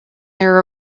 their